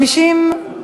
התשע"ד 2014, נתקבל.